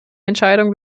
entscheidung